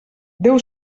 deu